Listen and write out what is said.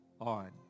on